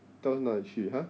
到哪里去 ha